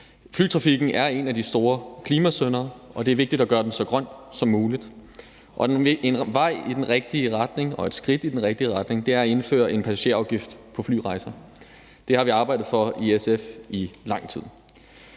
Flytrafikken er en af de store klimasyndere, og det er vigtigt at gøre den så grøn som muligt. En vej i den rigtige retning og et skridt i den rigtige retning er at indføre en passagerafgift på flyrejser. Det har vi arbejdet for i SF i lang tid.